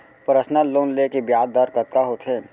Personal loan ले के ब्याज दर कतका होथे?